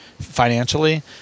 financially